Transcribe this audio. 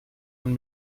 man